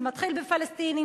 זה מתחיל בפלסטינים,